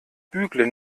bügle